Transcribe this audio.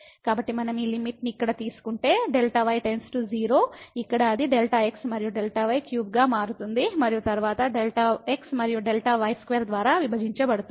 కాబట్టి మనం ఈ లిమిట్ ని ఇక్కడ తీసుకుంటే Δy → 0 ఇక్కడ అది Δx మరియు Δy క్యూబ్గా మారుతుంది మరియు తరువాత Δx మరియు Δ y2 ద్వారా విభజించబడుతుంది